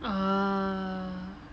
err